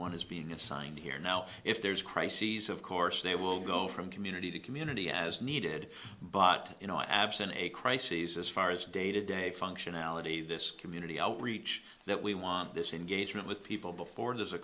one is being assigned here now if there's crises of course they will go from community to community as needed but you know absent a crises as far as day to day functionality this community outreach that we want this in gauge with people before